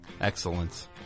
excellence